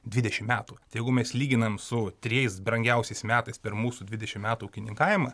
dvidešimt metų tai jeigu mes lyginam su trijais brangiausiais metais per mūsų dvidešimt metų ūkininkavimą